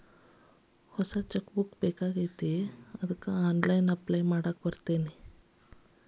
online apply ಮಾಡಾಕ್ ಬರತ್ತೇನ್ ಹೊಸ ಚೆಕ್ ಬುಕ್ಕಿಗಿ